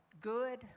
good